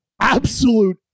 absolute